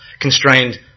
Constrained